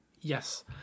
Yes